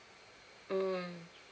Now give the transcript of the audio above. mm